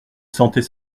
sentait